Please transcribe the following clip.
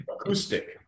Acoustic